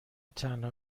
تنها